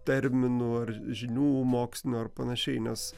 terminų ar žinių mokslinių ar panašiai nes